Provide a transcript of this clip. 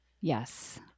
Yes